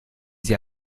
sie